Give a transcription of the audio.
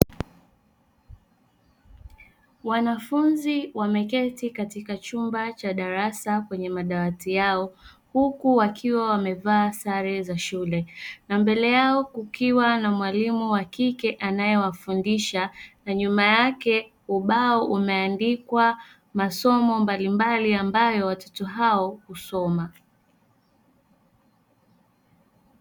Wanafunzi wameketi katika chumba cha darasa kwenye madawati yao, huku wakiwa wamevaa sare za shule, na mbele yao kukiwa na mwalimu wa kike anaye wafundisha, na nyuma yake ubao umeandikwa masomo mbalimbali ambayo watoto hao husoma.